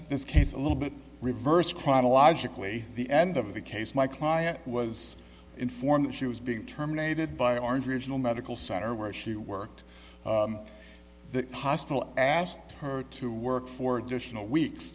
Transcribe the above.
this case a little bit reversed chronologically the end of the case my client was informed that she was being terminated by orange regional medical center where she worked the hospital asked her to work for additional weeks